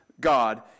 God